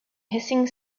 hissing